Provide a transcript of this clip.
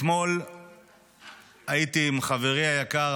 אתמול הייתי עם חברי היקר,